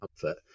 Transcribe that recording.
comfort